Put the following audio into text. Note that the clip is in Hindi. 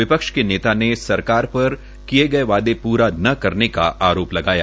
विपक्ष के नेता ने सरकार पर किये गये वायदे प्रा न करने का आरोप लगाया